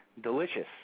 Delicious